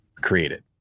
created